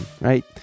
right